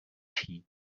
tea